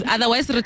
Otherwise